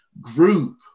group